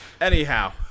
Anyhow